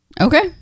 Okay